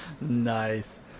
Nice